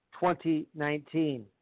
2019